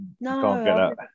no